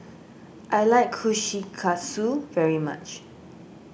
I like Kushikatsu very much